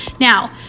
Now